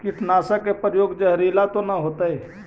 कीटनाशक के प्रयोग, जहरीला तो न होतैय?